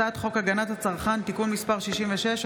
הצעת חוק הגנת הצרכן (תיקון מס' 66),